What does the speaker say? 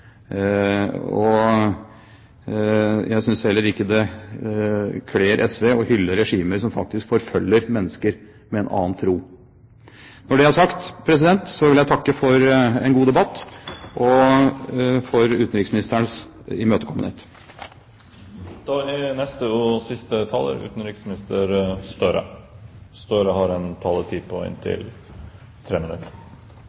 Jeg synes heller ikke det kler SV å hylle regimer som faktisk forfølger mennesker med en annen tro. Når det er sagt, vil jeg takke for en god debatt og for utenriksministerens imøtekommenhet. Jeg vil også takke for debatten, og